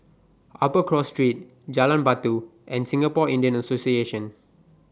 Upper Cross Street Jalan Batu and Singapore Indian Association